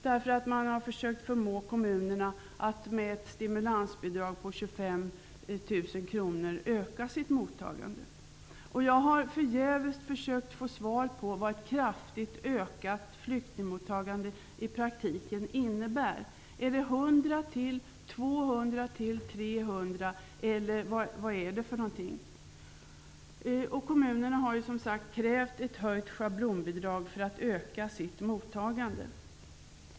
Med ett stimulansbidrag på 25 000 kr har man försökt att förmå kommunerna att öka sitt mottagande. Jag har förgäves försökt att få svar på vad ett kraftigt ökat flyktingmottagande innebär i praktiken. Är det ytterligare 100, 200, 300, eller hur många är det? Kommunerna har ju, som sagt, krävt ett höjt schablonbidrag för att öka mottagandet.